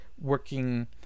working